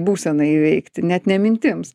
būsenai įveikti net ne mintims